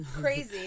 crazy